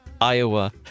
iowa